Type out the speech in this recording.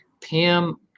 Pam